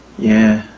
yeah.